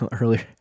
earlier